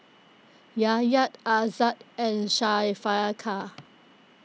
Yahya Aizat and Syafiqah